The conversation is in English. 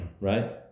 Right